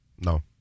No